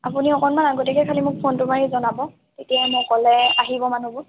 আপুনি অকণমান আগতীয়াকৈ খালী মোক ফোনটো মাৰি জনাব তেতিয়া মোক ক'লে আহিব মানুহবোৰ